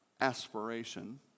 aspiration